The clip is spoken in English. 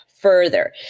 further